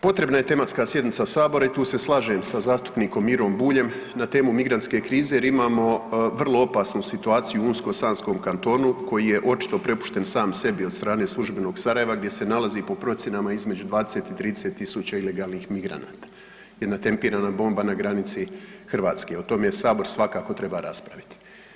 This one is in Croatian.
Potrebna je tematska sjednica Sabora i tu se slažem sa zastupnikom Mirom Buljem na temu migrantske krize jer imamo vrlo opasnu situaciju u unsko sanski kanton koji je očito prepušten sam sebi od strane službenog Sarajeva gdje se nalazi po procjenama između 20 i 30.000 ilegalnih migranata, jedna tempirana bomba na granici Hrvatske, o tome svakako Sabo treba raspraviti.